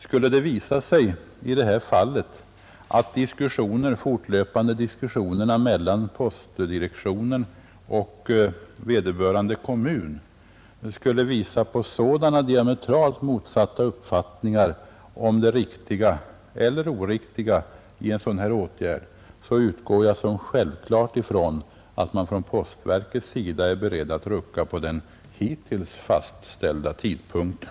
Skulle det visa sig i det här fallet att de fortlöpande diskussionerna mellan postdirektionen och vederbörande kommun behöver ytterligare tid, så utgår jag som självklart från att man från postverkets sida är beredd att något rucka på den hittills fastställda tidpunkten.